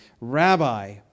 Rabbi